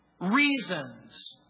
reasons